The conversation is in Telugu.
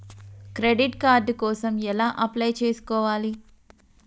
క్రెడిట్ కార్డ్ కోసం ఎలా అప్లై చేసుకోవాలి?